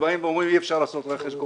ואומרים: אי-אפשר לעשות רכש גומלין.